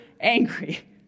angry